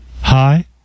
Hi